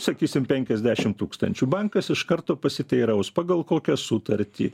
sakysim penkiasdešimt tūkstančių bankas iš karto pasiteiraus pagal kokią sutartį